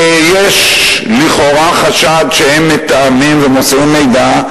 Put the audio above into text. ויש לכאורה חשד שהם מתאמים ומוסרים מידע,